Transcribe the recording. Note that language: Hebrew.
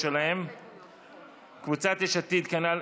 עודד פורר,